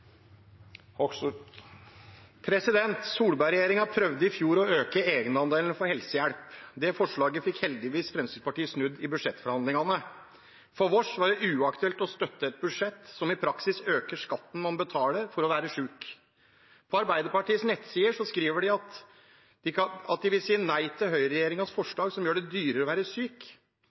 prøvde i fjor å øke egenandelen for helsehjelp. Det forslaget fikk heldigvis Fremskrittspartiet snudd i budsjettforhandlingene. For oss var det uaktuelt å støtte et budsjett som i praksis øker skatten man betaler for å være syk. På Arbeiderpartiets nettside skriver de at de vil si «nei til høyreregjeringens forslag som gjør det dyrere å være syk». Men Støre-regjeringen følger nå opp og sørger for at det blir dyrere å være syk